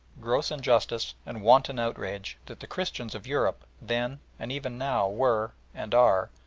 gross injustice, and wanton outrage that the christians of europe then and even now were, and are,